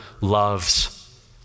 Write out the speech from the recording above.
loves